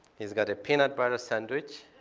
he's got a peanut butter sandwich.